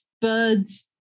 birds